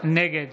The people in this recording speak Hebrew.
נגד